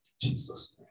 Jesus